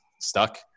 stuck